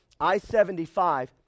I-75